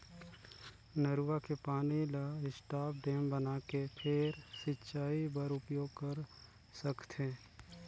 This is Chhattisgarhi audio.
नरूवा के पानी ल स्टॉप डेम बनाके फेर सिंचई बर उपयोग कर सकथे